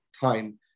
time